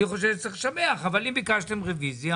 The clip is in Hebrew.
אני חושב שצריך לשבח, אבל אם ביקשתם רביזיה